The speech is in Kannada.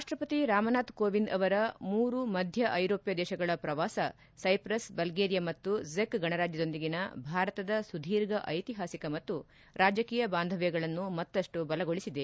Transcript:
ರಾಪ್ಲಪತಿ ರಾಮನಾಥ್ ಕೋವಿಂದ್ ಅವರ ಮೂರು ಮಧ್ಯ ಐರೋಷ್ಣ ದೇಶಗಳ ಪ್ರವಾಸ ಸೈಪ್ರಸ್ ಬಲ್ಲೇರಿಯಾ ಮತ್ತು ಚೆಕ್ ಗಣರಾಜ್ಯದೊಂದಿಗಿನ ಭಾರತ ಸುದೀರ್ಘ ಐತಿಹಾಸಿಕ ಮತ್ತು ರಾಜಕೀಯ ಬಾಂಧವ್ಯಗಳನ್ನು ಮತ್ತಷ್ಟು ಬಲಗೊಳಿಸಿದೆ